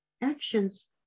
actions